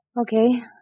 Okay